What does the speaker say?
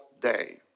day